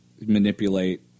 manipulate